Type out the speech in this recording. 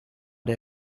der